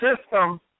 system